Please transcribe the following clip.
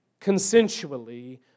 consensually